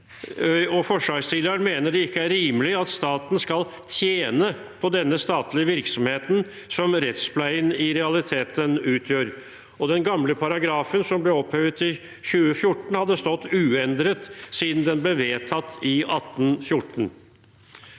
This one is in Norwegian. Forslagsstilleren mener videre det ikke er rimelig at staten skal «tjene» på denne statlige virksomheten som rettspleien i realiteten utgjør. Den gamle paragrafen som ble opphevet i 2014, hadde for øvrig stått uendret siden den ble vedtatt i 1814.